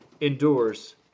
endures